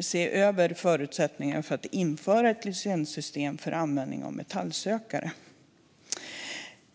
se över förutsättningarna för att införa ett licenssystem för användning av metallsökare.